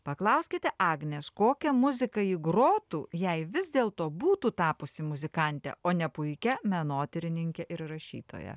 paklauskite agnės kokią muziką ji grotų jei vis dėlto būtų tapusi muzikante o ne puikia menotyrininke ir rašytoja